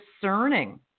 discerning